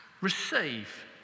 Receive